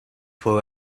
for